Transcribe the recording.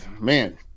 man